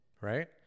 right